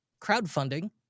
crowdfunding